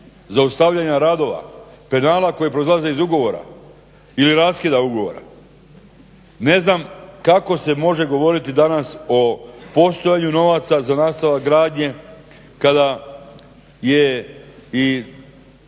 zaustavljanja radova, penala koji proizlaze iz ugovora ili raskida ugovora. Ne znam kako se može govoriti danas o postojanju novaca za nastavak gradnje kada je